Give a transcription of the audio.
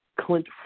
Clint